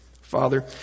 Father